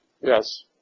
Yes